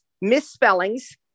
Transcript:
misspellings